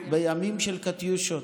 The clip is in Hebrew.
בימים של קטיושות,